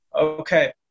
okay